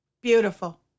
Beautiful